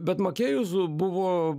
bet makėjus buvo